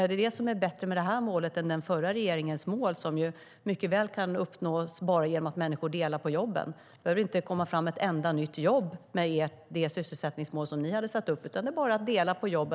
Det är det som är bättre med det här målet än den förra regeringens mål, som ju mycket väl kunde uppnås bara genom att människor delade på jobben. Det behöver inte komma fram ett enda nytt jobb med det sysselsättningsmål som ni hade satt upp, utan det är bara att dela på jobben.